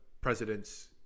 president's